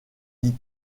dit